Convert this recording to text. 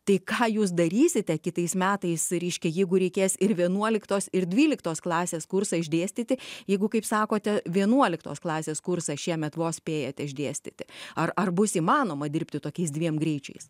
tai ką jūs darysite kitais metais reiškia jeigu reikės ir vienuoliktos ir dvyliktos klasės kursą išdėstyti jeigu kaip sakote vienuoliktos klasės kursą šiemet vos spėjat išdėstyti ar ar bus įmanoma dirbti tokiais dviem greičiais